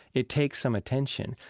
it takes some attention.